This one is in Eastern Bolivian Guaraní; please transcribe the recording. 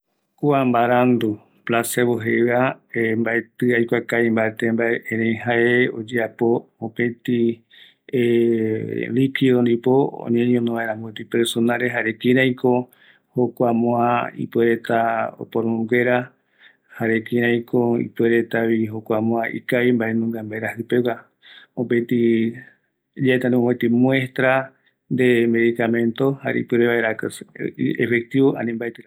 ﻿Kua mbarandu placevo jeiva, mbaeti aikua kavi mbate mbae, erei jae oyeapo mopeti liquido ndipo oñeñono vaera mopeti personare, jare kiraiko jokua moa ipuereta oporomboguera, jare kiraiko jokua moa ipueretavi ikavi, mbaenunga mbaeraji peguara, mopeti yaeta ndipo mopeti muestra de medicamento, jare ipuere vaera efectivo ani mbaeti